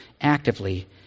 actively